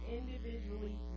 individually